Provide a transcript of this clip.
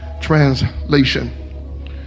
Translation